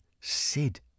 Sid